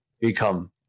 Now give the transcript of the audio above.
become